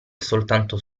soltanto